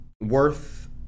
worth